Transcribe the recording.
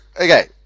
Okay